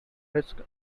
risk